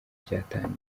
byatangiye